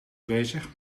bezig